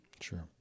Sure